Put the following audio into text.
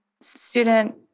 student